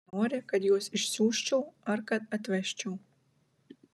ar nori kad juos išsiųsčiau ar kad atvežčiau